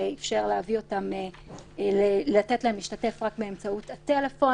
שאפשר לתת להם להשתתף רק באמצעות הטלפון.